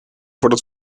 voordat